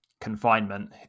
confinement